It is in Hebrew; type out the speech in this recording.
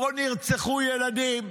שבו נרצחו ילדים,